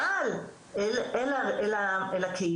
אבל אל הקהילה,